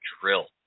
drill